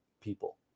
people